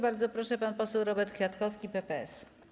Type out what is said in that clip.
Bardzo proszę, pan poseł Robert Kwiatkowski, PPS.